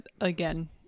again